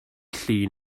llun